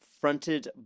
fronted